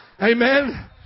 Amen